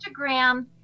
Instagram